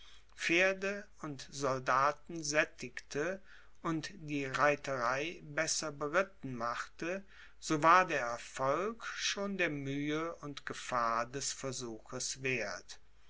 pferde und soldaten sättigte und die reiterei besser beritten machte so war der erfolg schon der mühe und gefahr des versuches werth